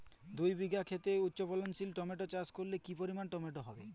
দুই বিঘা খেতে উচ্চফলনশীল টমেটো চাষ করলে কি পরিমাণ টমেটো হবে?